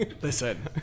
Listen